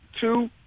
two